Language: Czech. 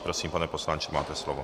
Prosím, pane poslanče, máte slovo.